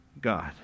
God